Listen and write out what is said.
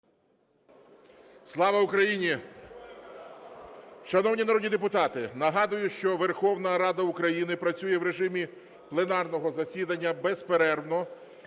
слава! ГОЛОВУЮЧИЙ. Шановні народні депутати, нагадую, що Верховна Рада України працює в режимі пленарного засідання безперервно.